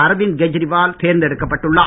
அரவிந்த் கேஜரிவால் தேர்ந்தெடுக்கப்பட்டுள்ளார்